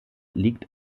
liegt